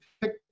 pick